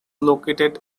located